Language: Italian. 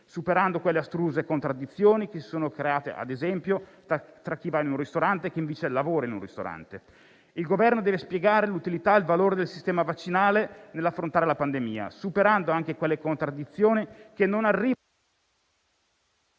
superando quelle astruse contraddizioni che si sono create, ad esempio, tra chi va in un ristorante e chi, invece, lavora in un ristorante. Il Governo deve spiegare l'utilità e il valore del sistema vaccinale nell'affrontare la pandemia, superando anche quelle contraddizioni che non arrivano dalla